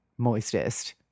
moistest